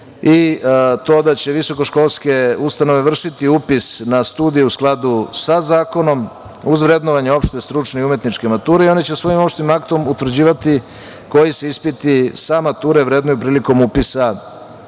i to da će visokoškolske ustanove vršiti upis na studije u skladu sa zakonom uz vrednovanje opšte, stručne i umetničke mature, i oni će svojim opštim aktom utvrđivati koji se ispiti sa mature vrednuju prilikom upisa